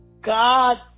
god